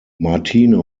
martino